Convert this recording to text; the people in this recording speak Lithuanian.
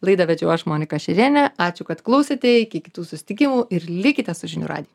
laidą vedžiau aš monika šerėnienė ačiū kad klausėte iki kitų susitikimų ir likite su žinių radiju